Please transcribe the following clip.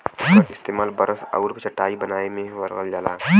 एकर इस्तेमाल बरस आउर चटाई बनाए में करल जाला